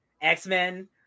X-Men